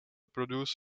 produces